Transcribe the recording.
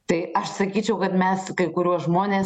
tai aš sakyčiau kad mes kai kuriuos žmones